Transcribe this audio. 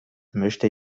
möchte